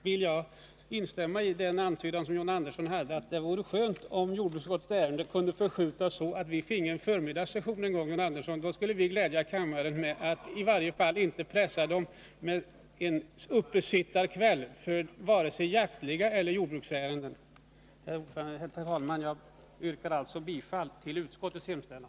Jag vill instämma i det John Andersson antydde om att det vore skönt om behandlingen av jordbruksutskottets ärenden kunde förläggas så att vi kunde diskutera under en förmiddagssession någon gång. Då skulle vi glädja kammaren med att i varje fall inte pressa ledamöterna med en uppesittarkväll för vare sig jaktliga ärenden eller jordbruksärenden. Herr talman! Jag yrkar alltså bifall till utskottets hemställan.